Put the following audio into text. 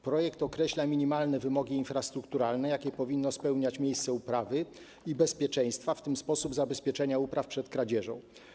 Projekt określa minimalne wymogi infrastrukturalne, jakie powinno spełniać miejsce uprawy, i bezpieczeństwa, w tym sposób zabezpieczenia upraw przed kradzieżą.